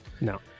No